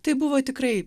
tai buvo tikrai